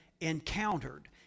encountered